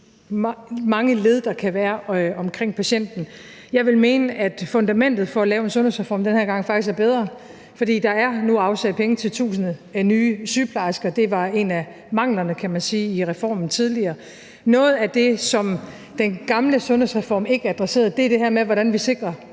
mange led, der kan være omkring patienten. Jeg vil mene, at fundamentet for at lave en sundhedsreform den her gang faktisk er bedre, for der er nu afsat penge til 1.000 nye sygeplejersker. Det var en af manglerne, kan man sige, i reformen tidligere. Noget af det, som den gamle sundhedsreform ikke adresserede, var det her med, hvordan vi sikrer,